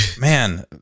Man